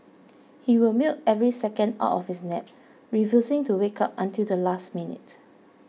he will milk every second out of his nap refusing to wake up until the last minute